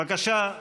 בבקשה,